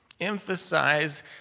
emphasize